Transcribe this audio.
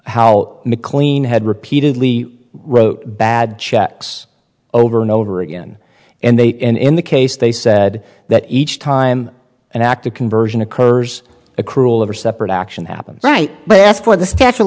how mclean had repeatedly wrote bad checks over and over again and they in the case they said that each time an act of conversion occurs a cruel or separate action happens right they ask for the statue of